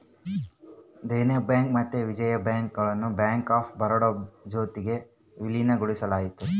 Dena bank ಮತ್ತೆ Vijaya bank ಗುಳ್ನ bank of Baroda ಜೊತಿಗೆ ವಿಲೀನಗೊಳಿಸಲಾಯಿತು